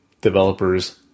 developers